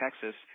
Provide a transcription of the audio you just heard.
Texas